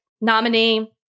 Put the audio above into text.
nominee